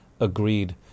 agreed